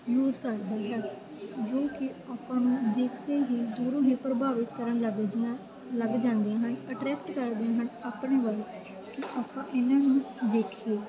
use ਕਰਦੇ ਹੈ ਜੋ ਕਿ ਆਪਾਂ ਨੂੰ ਦੇਖਦੇ ਹੀ ਦੂਰੋਂ ਹੀ ਪ੍ਰਭਾਵਿਤ ਕਰਨ ਲੱਗ ਜੀਆ ਲੱਗ ਜਾਂਦੀਆਂ ਹਨ ਅਟਰੈਕਟ ਕਰਦੇ ਹਨ ਆਪਣੇ ਵੱਲ ਕਿ ਆਪਾਂ ਇਹਨਾਂ ਨੂੰ ਦੇਖੀਏ